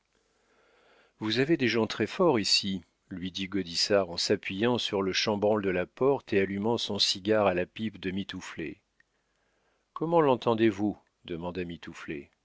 vous avez des gens très-forts ici lui dit gaudissart en s'appuyant sur le chambranle de la porte et allumant son cigare à la pipe de mitouflet comment l'entendez-vous demanda